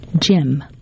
Jim